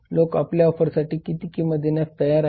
लोक आपल्या ऑफरसाठी किती किंमत देण्यास तयार आहेत